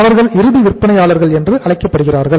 அவர்கள் இறுதி விற்பனையாளர்கள் என்று அழைக்கப்படுகிறார்கள்